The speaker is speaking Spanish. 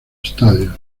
estadios